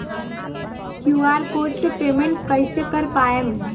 QR code से payment कईसे कर पाएम?